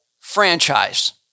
franchise